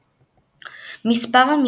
סבב שני 4 בתים של 5 נבחרות,